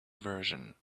version